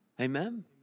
Amen